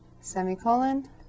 Semicolon